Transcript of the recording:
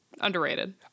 underrated